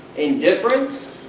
indifference?